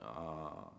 uh